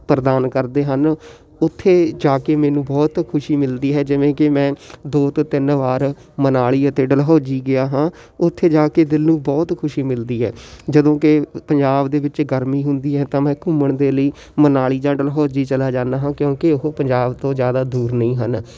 ਪ੍ਰਦਾਨ ਕਰਦੇ ਹਨ ਉੱਥੇ ਜਾ ਕੇ ਮੈਨੂੰ ਬਹੁਤ ਖੁਸ਼ੀ ਮਿਲਦੀ ਹੈ ਜਿਵੇਂ ਕਿ ਮੈਂ ਦੋ ਤੋਂ ਤਿੰਨ ਵਾਰ ਮਨਾਲੀ ਅਤੇ ਡਲਹੌਜ਼ੀ ਗਿਆ ਹਾਂ ਉੱਥੇ ਜਾ ਕੇ ਦਿਲ ਨੂੰ ਬਹੁਤ ਖੁਸ਼ੀ ਮਿਲਦੀ ਹੈ ਜਦੋਂ ਕਿ ਪੰਜਾਬ ਦੇ ਵਿੱਚ ਗਰਮੀ ਹੁੰਦੀ ਹੈ ਤਾਂ ਮੈਂ ਘੁੰਮਣ ਦੇ ਲਈ ਮਨਾਲੀ ਜਾਂ ਡਲਹੌਜ਼ੀ ਚਲਾ ਜਾਂਦਾ ਹਾਂ ਕਿਉਂਕਿ ਉਹ ਪੰਜਾਬ ਤੋਂ ਜ਼ਿਆਦਾ ਦੂਰ ਨਹੀਂ ਹਨ